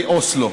הסכמי אוסלו.